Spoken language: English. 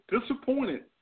disappointed